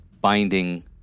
binding